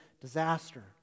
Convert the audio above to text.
disaster